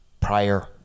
prior